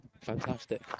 fantastic